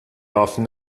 often